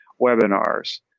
webinars